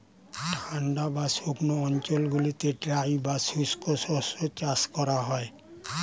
ঠান্ডা বা শুকনো অঞ্চলগুলিতে ড্রাই বা শুষ্ক শস্য চাষ করা হয়